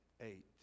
eight